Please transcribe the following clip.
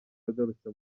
yagarutse